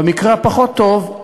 במקרה הפחות טוב,